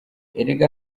erega